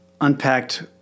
unpacked